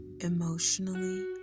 emotionally